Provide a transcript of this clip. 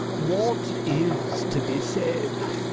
what is to be said?